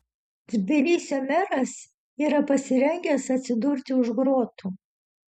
tbilisio meras yra pasirengęs atsidurti už grotų